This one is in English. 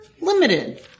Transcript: limited